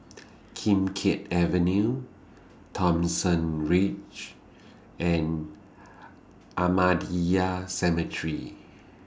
Kim Keat Avenue Thomson Ridge and Ahmadiyya Cemetery